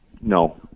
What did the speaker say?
No